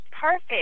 Perfect